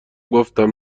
گفتم